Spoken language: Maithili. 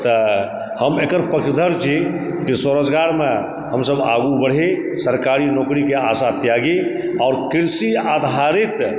तऽ हम एकर पक्षधर छी जे स्वरोजगारमे हमसब आगू बढ़ी सरकारी नौकरीके आशा त्यागी आओर कृषि आधारित